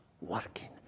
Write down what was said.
working